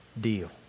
deal